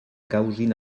causin